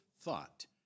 thought